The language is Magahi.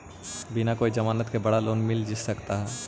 बिना कोई जमानत के बड़ा लोन मिल सकता है?